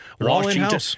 washington